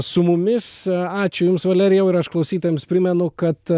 su mumis ačiū jums valerijau ir aš klausytojams primenu kad